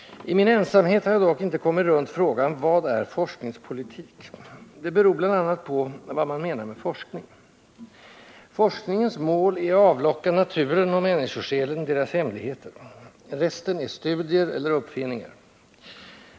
I min ensamhet har jag dock inte kommit runt frågan ”Vad är forskningspolitik?” Det beror bl.a. på vad man menar med ”forskning”. Forskningens mål är att avlocka naturen och människosjälen deras hemligheter. Resten är studier eller uppfinningar.